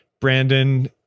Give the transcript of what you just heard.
Brandon